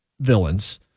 villains